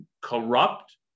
corrupt